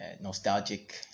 nostalgic